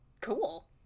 cool